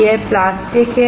यह प्लास्टिक है